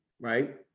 right